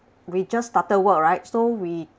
we just started work right so we